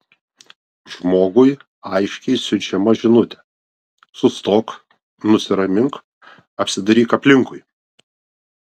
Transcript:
žmogui aiškiai siunčiama žinutė sustok nusiramink apsidairyk aplinkui